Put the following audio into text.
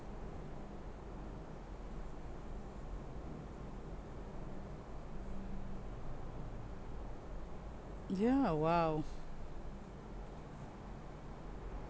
yeah !wow!